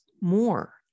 more